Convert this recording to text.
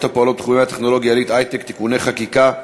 הפועלות בתחומי הטכנולוגיה העילית (היי-טק) (תיקוני חקיקה),